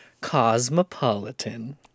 cosmopolitan